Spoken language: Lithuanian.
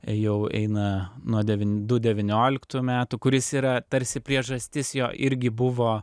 jau eina nuo du devynioliktų metų kuris yra tarsi priežastis jo irgi buvo